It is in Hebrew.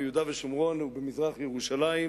ביהודה ושומרון ובמזרח-ירושלים,